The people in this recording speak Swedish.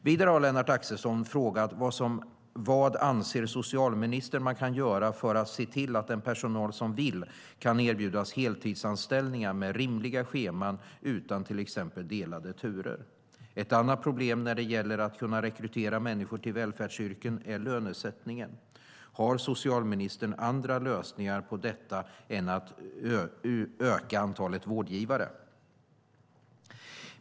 Vidare har Lennart Axelsson frågat vad socialministern anser att man kan göra för att se till att den personal som vill kan erbjudas heltidsanställningar med rimliga scheman utan till exempel delade turer. Ett annat problem när det gäller att kunna rekrytera människor till välfärdsyrken är lönesättningen. Har socialministern andra lösningar på detta än att öka antalet vårdgivare?